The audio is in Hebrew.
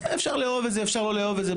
אפשר לאהוב את זה ואפשר לא לאהוב את זה,